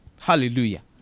Hallelujah